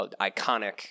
iconic